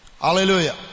Hallelujah